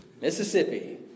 Mississippi